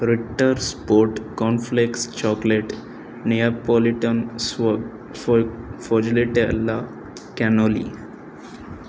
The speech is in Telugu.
Ritter Sport cornflakes chocolate Neapolitan ఫ ఫ స్ఫోయటెల్లా కెనోలీ